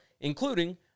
Including